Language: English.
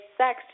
sex